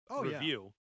review